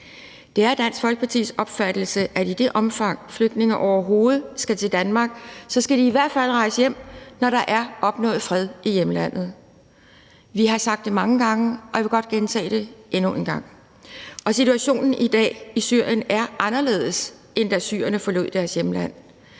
Det er Dansk Folkepartis opfattelse, at i det omfang, flygtninge overhovedet skal til Danmark, skal de i hvert fald rejse hjem, når der er opnået fred i hjemlandet. Vi har sagt det mange gange, og jeg vil godt gentage det endnu en gang, og situationen i dag i Syrien er anderledes, end da syrerne forlod deres hjemland: